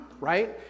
right